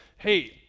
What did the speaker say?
hey